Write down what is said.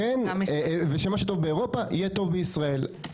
ושמה שטוב באירופה יהיה טוב בישראל.